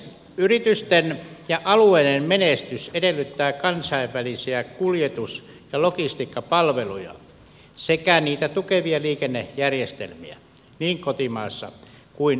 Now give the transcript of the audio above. yritysten ja alueiden menestys edellyttää kansainvälisiä kuljetus ja logistiikkapalveluja sekä niitä tukevia liikennejärjestelmiä niin kotimaassa kuin yli rajojenkin